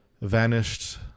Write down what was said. vanished